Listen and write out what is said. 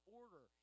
order